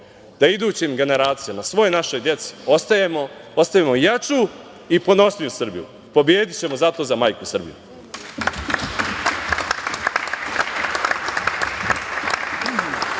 da idućim generacijama i svoj našoj deci ostavimo jaču i ponosniju Srbiju. Pobedićemo zato za majku Srbiju!